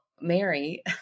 Mary